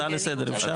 הצעה לסדר אפשר?